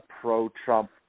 pro-Trump